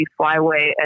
flyway